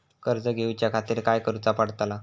कर्ज घेऊच्या खातीर काय करुचा पडतला?